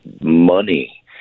money